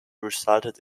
resulted